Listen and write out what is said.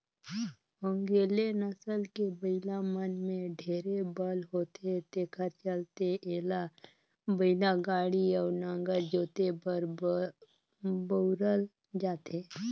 ओन्गेले नसल के बइला मन में ढेरे बल होथे तेखर चलते एला बइलागाड़ी अउ नांगर जोते बर बउरल जाथे